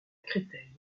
créteil